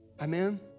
Amen